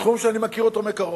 מתחום שאני מכיר מקרוב.